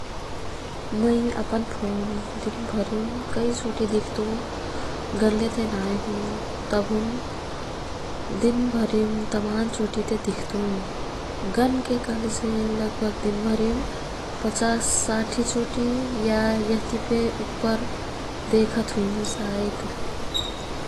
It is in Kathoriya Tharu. मैं अपन फोन दिन भरिम कै चोटी दिख्तुं गनलेते नाई हुँ। तभुन दिन भरिम तमान चोटीते दिख्तुं। गनके कह्लेसे लगभग दिन भरिम पचास साठी चोटी या यह्तीफे उप्पर देखत हुइमु सायद।